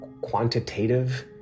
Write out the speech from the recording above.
quantitative